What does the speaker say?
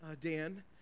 Dan